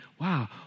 Wow